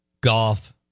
Golf